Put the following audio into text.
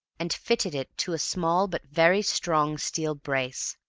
and fitted it to a small but very strong steel brace.